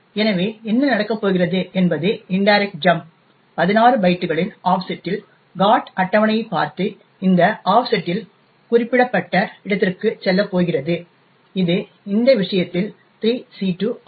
எனவே என்ன நடக்கப் போகிறது என்பது இன்டைரக்ட் ஜம்ப் 16 பைட்டுகளின் ஆஃப்செட்டில் GOT அட்டவணையைப் பார்த்து இந்த ஆஃப்செட்டில் குறிப்பிடப்பட்ட இடத்திற்குச் செல்லப் போகிறது இது இந்த விஷயத்தில் 3c2 ஆகும்